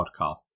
podcast